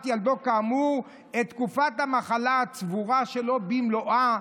ילדו כאמור את תקופת המחלה הצבורה שלו במלואה",